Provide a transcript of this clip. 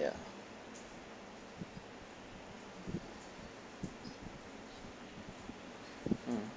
ya mm